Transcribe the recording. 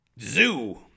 Zoo